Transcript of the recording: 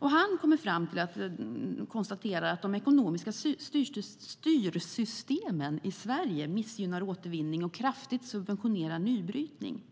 Han konstaterar att de ekonomiska styrsystemen i Sverige missgynnar återvinning och kraftigt subventionerar nybrytning.